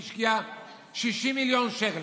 השקיעה 60 מיליון שקל.